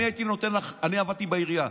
אני עבדתי בעירייה,